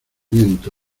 viento